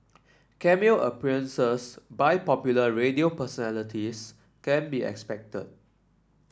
Cameo appearances by popular radio personalities can be expected